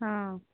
ହଁ